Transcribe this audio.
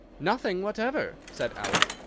nothing whatever, said alice.